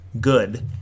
good